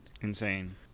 Insane